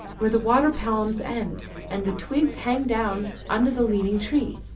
where the water palms end and the twigs hang down under the leaning tree.